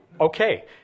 okay